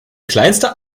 kleinste